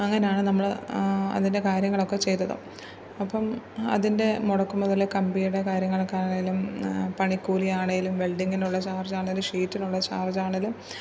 അങ്ങനെയാണ് നമ്മൾ അതിൻ്റെ കാര്യങ്ങളൊക്കെ ചെയ്തത് അപ്പം അതിൻ്റെ മുടക്കുമുതൽ കമ്പിയുടെ കാര്യങ്ങളൊക്കെ ആണെങ്കിലും പണിക്കൂലി ആണെങ്കിലും വെൽഡിങ്ങിനുള്ള ചാർജ് ആണെങ്കിലും ഷീറ്റിനുള്ള ചാർജ് ആണെങ്കിലും